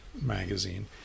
Magazine